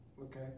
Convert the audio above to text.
Okay